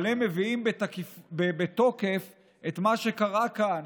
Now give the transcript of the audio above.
אבל הם מביאים בתוקף את מה שקרה כאן,